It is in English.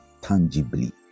tangibly